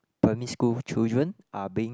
primary school children are being